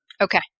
Okay